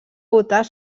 votar